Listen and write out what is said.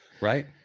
Right